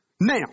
Now